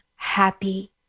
happy